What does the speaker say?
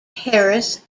harris